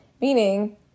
Meaning